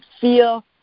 feel